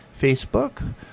Facebook